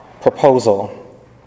proposal